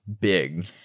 big